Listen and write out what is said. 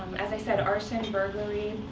as i said, arson, burglary,